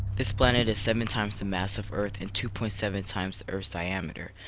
this planet is seven times the mass of earth and two point seven times the earth's diameter.